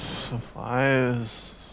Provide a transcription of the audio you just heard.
Supplies